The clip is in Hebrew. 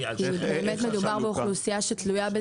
כי באמת מדובר באוכלוסייה שתלויה בזה.